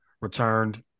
returned